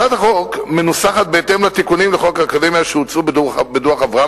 הצעת החוק מנוסחת בהתאם לתיקונים לחוק האקדמיה שהוצעו בדוח-אברמסקי,